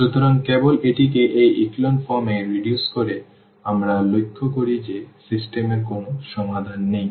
সুতরাং কেবল এটিকে এই echelon form এ রিডিউস করে আমরা লক্ষ্য করি যে সিস্টেম এর কোনো সমাধান নেই